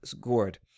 gourd